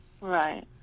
right